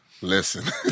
Listen